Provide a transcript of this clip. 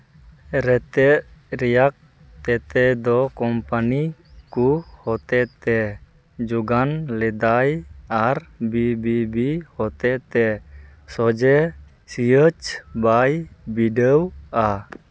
ᱨᱮᱛᱮᱫ ᱨᱮᱭᱟᱜ ᱛᱮᱛᱮᱫ ᱫᱚ ᱠᱚᱢᱯᱟᱱᱤ ᱠᱚ ᱦᱚᱛᱮᱛᱮ ᱡᱳᱜᱟᱱ ᱞᱮᱫᱟᱭ ᱟᱨ ᱵᱤ ᱵᱤ ᱦᱚᱛᱮᱛᱮ ᱥᱚᱡᱷᱮ ᱪᱷᱤᱭᱟᱹᱪ ᱵᱟᱭ ᱵᱤᱰᱟᱹᱣᱟ